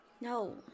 No